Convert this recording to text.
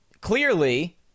clearly